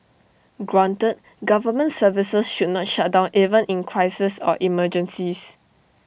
granted government services should not shut down even in crises or emergencies